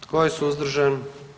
Tko je suzdržan?